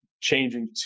changing